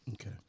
Okay